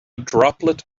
droplet